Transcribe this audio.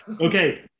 Okay